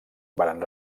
varen